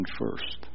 first